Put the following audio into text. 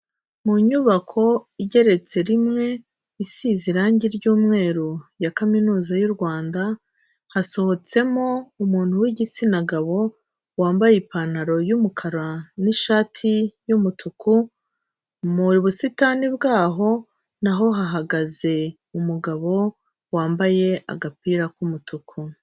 Mu nyubako igeretse rimwe isize irangi ry'umweru ya kaminuza y'u Rwanda, hasohotsemo umuntu w'igitsina gabo wambaye ipantaro y'umukara n'ishati y'umutuku, mu busitani bwaho na ho hahagaze umugabo wambaye agapira k'umutuku.